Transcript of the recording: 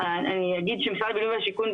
אני אגיד שמשרד הבינוי והשיכון,